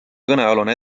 kõnealune